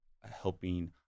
helping